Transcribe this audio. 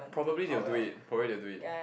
probably they'll do it probably they'll do it